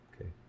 Okay